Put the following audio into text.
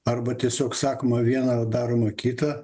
arba tiesiog sakoma viena ar daroma kita